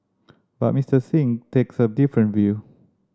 but Mister Singh takes a different view